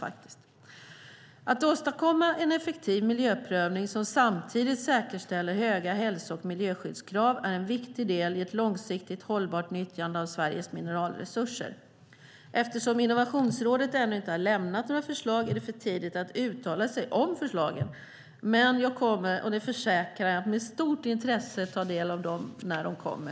Att åstadkomma en effektiv miljöprövning som samtidigt säkerställer höga hälso och miljöskyddskrav är en viktig del i ett långsiktigt hållbart nyttjande av Sveriges mineralresurser. Eftersom Innovationsrådet ännu inte har lämnat några förslag är det för tidigt att uttala sig om förslagen. Men jag kommer - det försäkrar jag - att med stort intresse ta del av dem när de kommer.